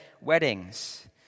weddings